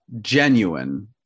genuine